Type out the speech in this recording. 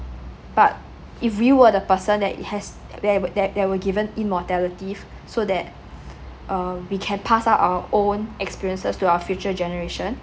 but if you were the person that it has that we~ that were given immortality so that uh we can pass out our own experiences to our future generation